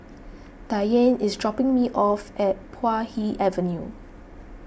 Diane is dropping me off at Puay Hee Avenue